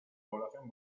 población